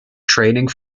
training